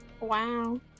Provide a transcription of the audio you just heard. Wow